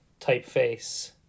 typeface